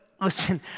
listen